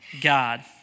God